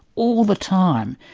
all the time,